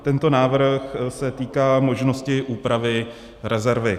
Tento návrh se týká možnosti úpravy rezervy.